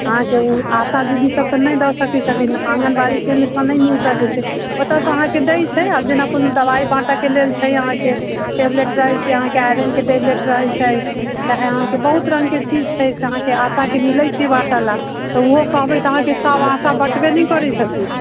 अहाँके ओ आशा दीदी सभ तऽ नहि दऽ सकै छथिन आँगनबाड़ी केन्द्रसँ नहि मिल सकै छै ओतऽसँ अहाँके दै छै आब जेना कोनो दबाइ बाँटऽ के लेल छै अहाँके टेबलेट रहै छै अहाँके आइरन के टेबलेट रहै छै तऽ अहाँके बहुत रङ्ग के चीज छै से अहाँके आशा के मिलै छै बाँटलए तऽ ऊहो कहबै तऽ अहाँके सभ आशा बटबै नहि करै छथिन